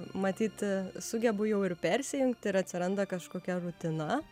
matyt sugebu jau ir persijungt ir atsiranda kažkokia rutina